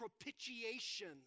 propitiation